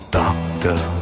doctor